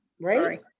right